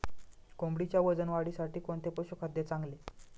कोंबडीच्या वजन वाढीसाठी कोणते पशुखाद्य चांगले?